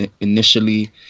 initially